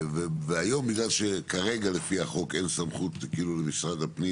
היום בגלל שכרגע לפי החוק אין סמכות למשרד הפנים